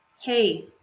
hey